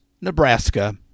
Nebraska